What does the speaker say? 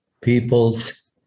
people's